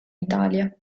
italia